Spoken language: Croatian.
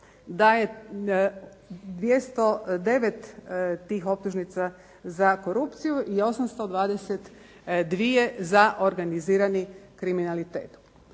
da je 209 tih optužnica za korupciju i 822 za organizirani kriminalitet.